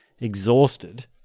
exhausted